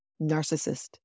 narcissist